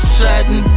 sudden